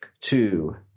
Two